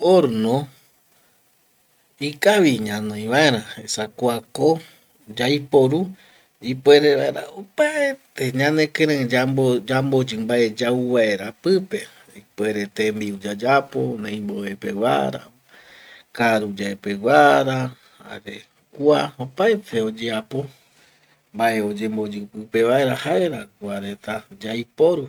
Horno ikavi ñanoi vaera esa kuako yaiporu ipuere vaera opaete ñanekirei yamboyi mbae yau vaera pipe, ipuere tembiu yayapo neimbove peguara, karuyae peguara jare kua opaete oyeapo mbae oyemboyi pipe vaera jaera kua reta yaiporu